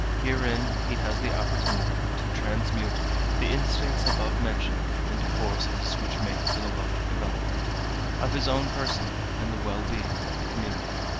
herein he has the opportunity to transmute the instincts above mentioned into forces which make for the larger development of his own person and the well-being of the community.